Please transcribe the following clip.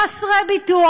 חסרי ביטוח,